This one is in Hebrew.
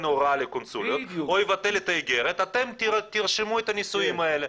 הוראה לקונסוליות או יבטל את האיגרת אתם תרשמו את הנישואים האלה.